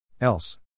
Else